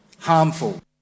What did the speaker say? harmful